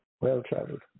well-traveled